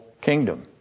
kingdom